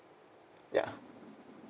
ya